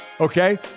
okay